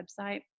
website